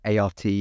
ART